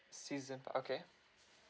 season okay